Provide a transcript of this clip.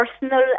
personal